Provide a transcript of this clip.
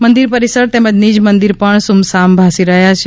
મંદિર પરીસર તેમજ નીજ મંદિર પણ સુમસામ ભાસી રહ્યા છે